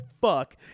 fuck